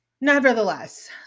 nevertheless